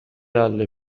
alle